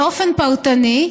באופן פרטני,